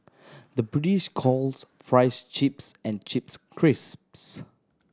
the British calls fries chips and chips crisps